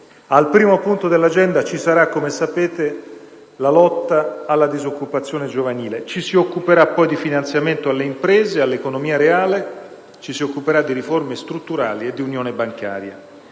Al primo punto dell'agenda ci sarà, come sapete, la lotta alla disoccupazione giovanile. Ci si occuperà poi di finanziamento alle imprese e all'economia reale; ci si occuperà di riforme strutturali e di unione bancaria.